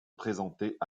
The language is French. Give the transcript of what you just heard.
présentait